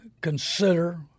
consider